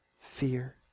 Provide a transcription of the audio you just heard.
fear